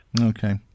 Okay